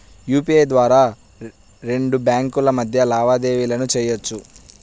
UPI ద్వారా రెండు బ్యేంకుల మధ్య లావాదేవీలను చెయ్యొచ్చు